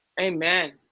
Amen